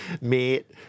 Mate